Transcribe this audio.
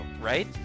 Right